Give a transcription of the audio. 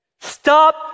Stop